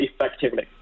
effectively